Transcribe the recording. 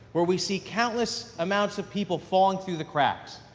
where we see countless amounts of people falling through the cracks.